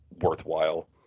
worthwhile